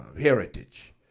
heritage